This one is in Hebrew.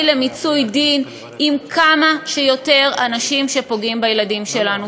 למיצוי דין עם כמה שיותר אנשים שפוגעים בילדים שלנו.